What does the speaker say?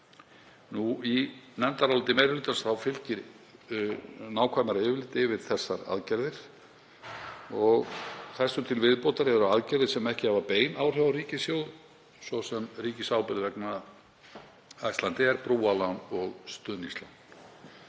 Í nefndaráliti meiri hlutans fylgir nákvæmara yfirlit yfir þessar aðgerðir. Þessu til viðbótar eru aðgerðir sem ekki hafa bein áhrif á ríkissjóð, svo sem ríkisábyrgð vegna Icelandair, brúarlán og stuðningslán.